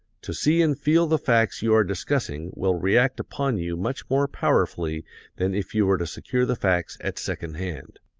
to see and feel the facts you are discussing will react upon you much more powerfully than if you were to secure the facts at second hand.